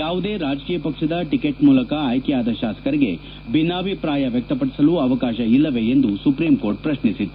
ಯಾವುದೇ ರಾಜಕೀಯ ಪಕ್ಷದ ಟಕೆಟ್ ಮೂಲಕ ಆಯ್ಕೆಯಾದ ಶಾಸಕರಿಗೆ ಭಿನ್ನಾಭಿಪ್ರಾಯ ವ್ಚಕ್ತಪಡಿಸಲು ಅವಕಾಶ ಇಲ್ಲವೆ ಎಂದು ಸುಪ್ರೀಂಕೋರ್ಟ್ ಪ್ರಶ್ನಿಸಿತ್ತು